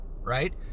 right